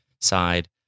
side